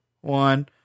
one